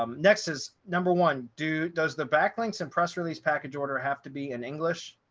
um next is number one. do does the backlinks and press release package order have to be in english?